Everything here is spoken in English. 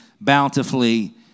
bountifully